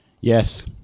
Yes